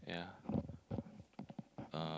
yeah uh